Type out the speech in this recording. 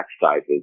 sizes